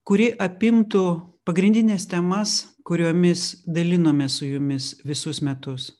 kuri apimtų pagrindines temas kuriomis dalinomės su jumis visus metus